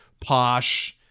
posh